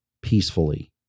peacefully